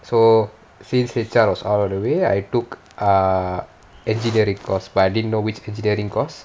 so since H_R was out of the way I tookay err engineering course but I didn't know which engineering course